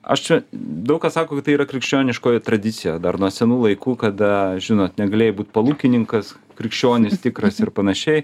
aš čia daug kas sako kad tai yra krikščioniškoji tradicija dar nuo senų laikų kada žinot negalėjai būt palūkininkas krikščionis tikras ir panašiai